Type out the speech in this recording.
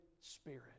Spirit